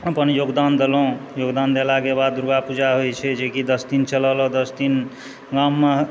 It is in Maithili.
अपन योगदान देलहुँ योगदान देलाकेँ बाद दुर्गापूजा होइत छै जेकि दश दिन चलल आ दश दिन गाममे